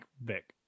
Vic